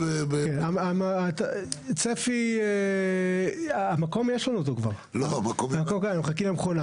המקום קיים, אנחנו מחכים למכונה.